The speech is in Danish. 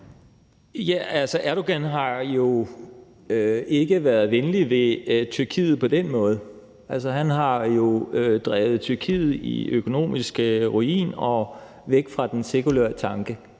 Erdogan har jo ikke været venlig ved Tyrkiet på den måde. Han har jo drevet Tyrkiet i økonomisk ruin og væk fra den sekulære tanke.